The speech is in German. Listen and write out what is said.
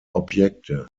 objekte